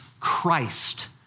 Christ